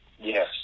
Yes